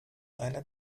einer